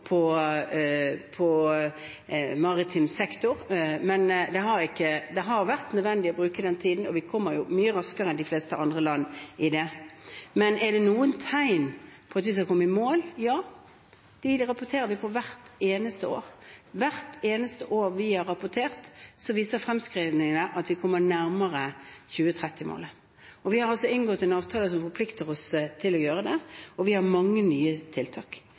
maritim sektor, men det har vært nødvendig å bruke tid, og vi kommer mye raskere i gang enn de fleste andre land. Er det noen tegn på at vi skal komme i mål? Ja, for det rapporterer vi på hvert eneste år. Hvert eneste år vi har rapportert, viser fremskrivingene at vi kommer nærmere 2030-målet. Vi har inngått en avtale som forplikter oss til å gjøre det, og vi har mange nye tiltak.